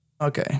Okay